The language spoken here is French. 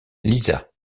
liza